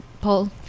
Paul